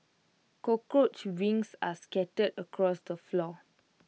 cockroach wings were scattered across the floor